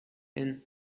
and